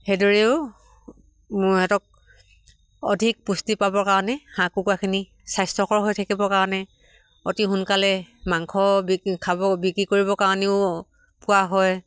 সেইদৰেও সিহঁতক অধিক পুষ্টি পাবৰ কাৰণে হাঁহ কুকুৰাখিনি স্বাস্থ্যকৰ হৈ থাকিবৰ কাৰণে অতি সোনকালে মাংস বিক্ৰী খাব বিক্ৰী কৰিবৰ কাৰণেও পোৱা হয়